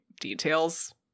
details